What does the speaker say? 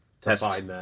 test